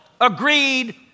agreed